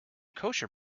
kosher